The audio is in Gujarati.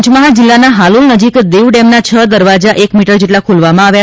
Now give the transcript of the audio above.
પંચમહાલ જિલ્લાના હાલોલ નજીક દેવ ડેમના છ દરવાજા એક મીટર જેટલા ખોલવામાં આવ્યા